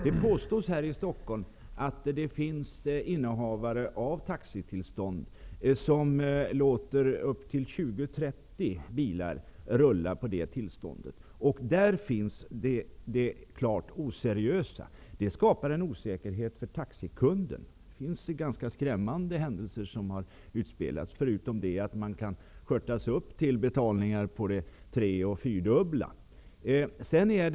Det påstås att det här i Stockholm finns innehavare av taxitillstånd som låter upp till 20--30 bilar rulla på det tillståndet, och där finns det klart oseriösa. Det skapar en osäkerhet för taxikunden. Det har utspelats ganska skrämmande händelser, förutom att man kan skörtas upp med tredubbla och fyrdubbla taxor.